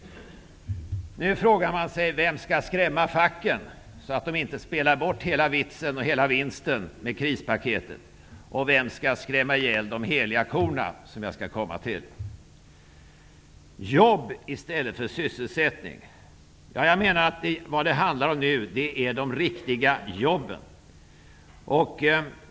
Nu frågar man sig: Vem skall skrämma facken, så att de inte spelar bort hela vitsen och hela vinsten med krispaketet, och vem skall skrämma ihjäl de heliga korna, som jag skall återkomma till? Jag menar att vad det nu handlar om är de riktiga jobben och inte sysselsättningen.